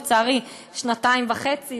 לצערי שנתיים וחצי,